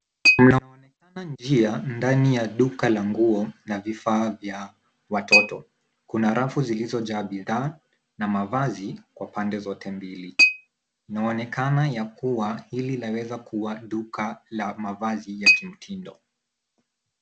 Mnaonekana njia ndani ya duka la nguo na vifaa vya watoto. Kuna rafu zilizojaa bidhaa na mavazi kwa pande zote mbili. Inaonekana ya kuwa hili laweza kuwa duka la mavazi ya kimtindo.